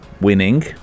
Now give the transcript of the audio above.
winning